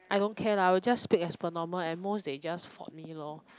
I don't care lah I will just speak as per normal at most they just fault me lor